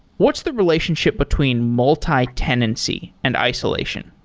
what's the relationship between multi-tenancy and isolation?